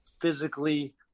physically